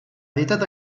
editat